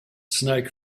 snake